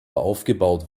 aufgebaut